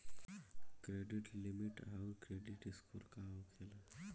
Credit limit आउर credit score का होखेला?